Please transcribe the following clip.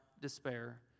despair